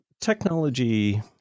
Technology